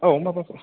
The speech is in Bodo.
औ माबाफोर